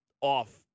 off